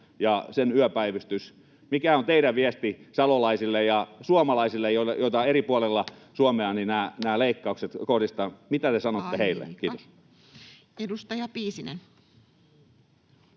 ja sen yöpäivystys. Mikä on teidän viestinne salolaisille ja suomalaisille, joihin eri puolilla Suomea nämä leikkaukset kohdistuvat? Mitä te sanotte [Puhemies: Aika!] heille?